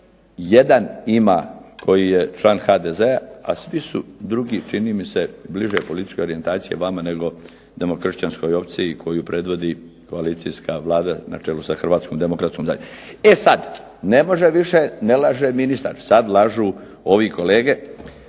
jedan ima koji je član HDZ-a, a svi su drugi čini mi se bliže političke orijentacije vama nago kršćanskoj opciji koju predvodi koalicijska Vlada na čelu sa Hrvatskom demokratskom zajednicom. E sad ne laže ministar, sad lažu ovi kolege